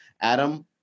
Adam